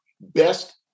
best